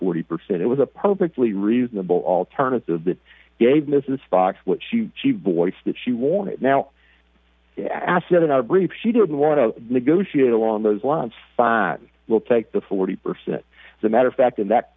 forty percent it was appropriately reasonable alternative that gave mrs fox what she she voiced that she wanted now asset in our brief she didn't want to negotiate along those lines fine we'll take the forty percent it's a matter of fact and that